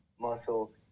muscle